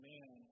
Man